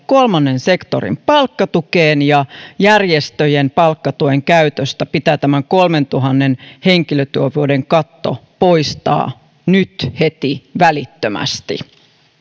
kolmannen sektorin palkkatukeen ja järjestöjen palkkatuen käytöstä pitää tämän kolmentuhannen henkilötyövuoden katto poistaa nyt heti välittömästi